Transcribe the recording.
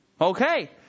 Okay